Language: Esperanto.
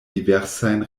diversajn